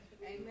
Amen